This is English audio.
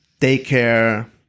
daycare